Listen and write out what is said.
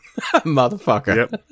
motherfucker